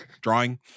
drawing